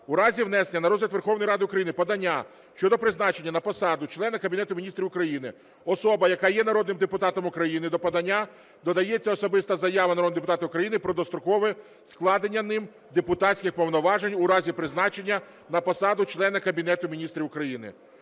у разі внесення на розгляд Верховної Ради України подання щодо призначення на посаду члена Кабінету Міністрів України особи, яка є народним депутатом України, до подання додається особиста заява народного депутата України про дострокове складення ним депутатських повноважень у разі призначення на посаду члена Кабінету Міністрів України.